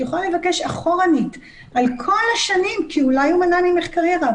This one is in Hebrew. את יכולה לבקש אחורנית על כל השנים כי אולי הוא מנע ממך קריירה.